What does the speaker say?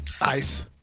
Ice